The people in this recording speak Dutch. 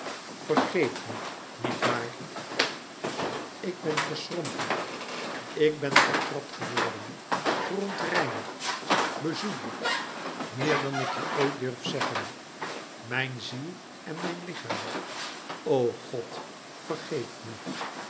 vergeef me niet waar ik ben verschrompeld ik ben vertrapt geworden verontreinigd bezoedeld meer dan ik je ooit durf zeggen mijn ziel en mijn lichaam o god vergeef me